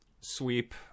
sweep